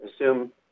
Assume